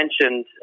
mentioned